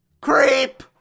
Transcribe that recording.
Creep